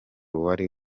uwari